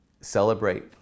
celebrate